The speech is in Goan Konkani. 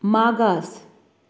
मागास